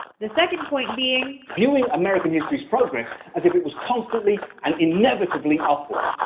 the second point being. viewing american history's progress as if it was constantly and inevitably upward.